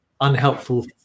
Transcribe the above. unhelpful